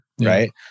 right